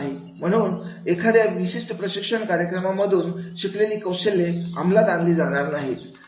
आणि म्हणून एखाद्या विशिष्ट प्रशिक्षण कार्यक्रमांमधून शिकलेली कौशल्ये अमलात आणली जाणार नाहीत